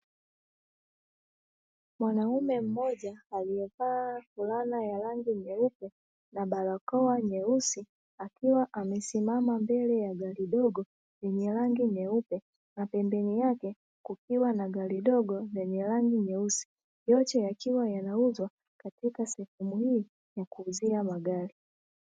Mwanaume mmoja aliyevaa fulana ya rangi nyeupe na barakoa nyeusi, akiwa amesimama mbele ya gari dogo lenye rangi nyeupe, na pembeni yake kukiwa na gari dogo lenye rangi nyeusi, yote yakiwa yanauzwa katika sehemu hii ya kuuzia magari.